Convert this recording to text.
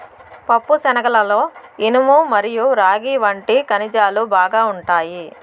పప్పుశనగలలో ఇనుము మరియు రాగి వంటి ఖనిజాలు బాగా ఉంటాయి